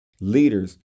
Leaders